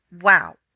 Wow